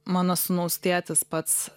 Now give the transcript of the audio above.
mano sūnaus tėtis pats